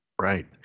Right